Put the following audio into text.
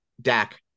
Dak